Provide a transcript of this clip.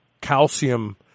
calcium